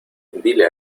diles